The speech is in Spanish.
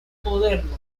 moderno